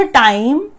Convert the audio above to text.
time